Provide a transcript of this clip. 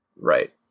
Right